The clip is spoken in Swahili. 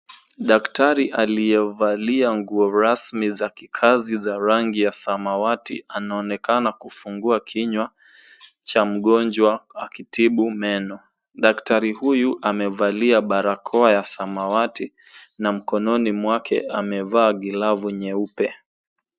Daktari aliyevali nguo rasmi za kikazi ya rangi ya samawati anaonekana akifungua kinywa cha mgonjwa akitibu meno. Daktari huyu amevalia barakoa ya samawati na mkononi mwake amevaa glovu nyeupe.